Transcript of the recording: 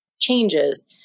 changes